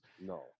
No